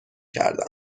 کردم